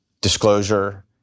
disclosure